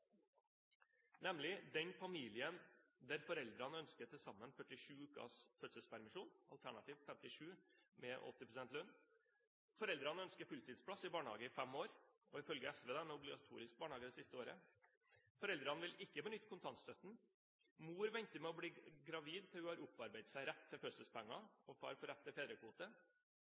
nemlig den familien der foreldrene ønsker til sammen 47 ukers fødselspermisjon, alternativt 57 med 80 pst. lønn, der foreldrene ønsker fulltidsplass i barnehage i fem år – og, ifølge SV, obligatorisk barnehage det siste året – der foreldrene ikke vil benytte kontantstøtten, og der mor venter med å bli gravid til hun har opparbeidet seg rett til fødselspenger og far får rett til fedrekvote.